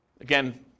Again